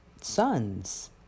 sons